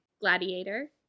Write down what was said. Gladiator